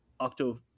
Octo